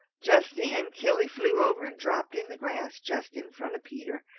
just then killy flew over and dropped in the grass just in front of peter,